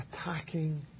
attacking